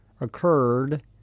occurred